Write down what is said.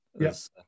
yes